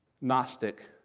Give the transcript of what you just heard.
Gnostic